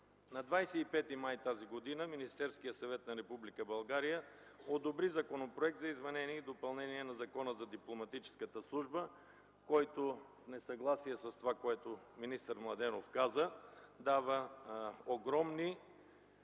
На 25 май т.г. Министерският съвет на Република България одобри Законопроект за изменение и допълнение на Закона за Дипломатическата служба, който в несъгласие с това, което министър Младенов каза, дава огромна